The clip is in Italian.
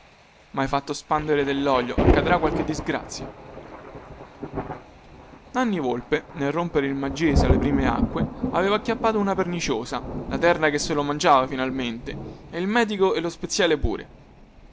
mhai fatto spandere dellolio accadrà qualche disgrazia nanni volpe nel rompere il maggese alle prime acque aveva acchiappata una perniciosa la terra che se lo mangiava finalmente e il medico e lo speziale pure